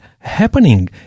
happening